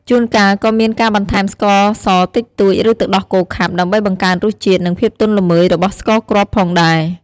ជួនកាលក៏មានការបន្ថែមស្ករសតិចតួច ឬទឹកដោះគោខាប់ ដើម្បីបង្កើនរសជាតិ និងភាពទន់ល្មើយរបស់ស្ករគ្រាប់ផងដែរ។